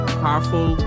powerful